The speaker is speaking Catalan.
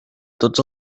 tots